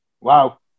Wow